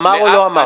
אמר או לא אמר?